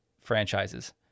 franchises